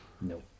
No